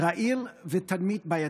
רעיל ותדמית בעייתית.